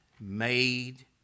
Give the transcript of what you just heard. made